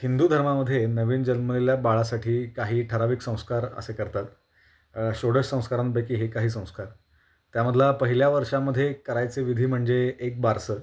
हिंदू धर्मामध्ये नवीन जन्मलेल्या बाळासाठी काही ठरावीक संस्कार असे करतात षोडश संस्कारांपैकी हे काही संस्कार त्यामधला पहिल्या वर्षामध्ये करायचे विधी म्हणजे एक बारसं